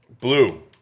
Blue